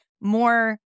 more